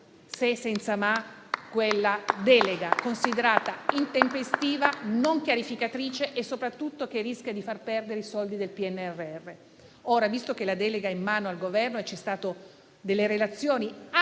e senza ma, quella delega, considerata intempestiva, non chiarificatrice e soprattutto essa rischia di far perdere i soldi del PNRR.